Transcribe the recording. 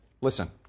Listen